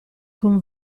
con